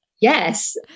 Yes